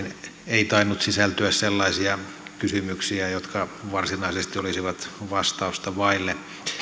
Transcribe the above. ei tainnut sisältyä sellaisia kysymyksiä jotka varsinaisesti olisivat vastausta vaille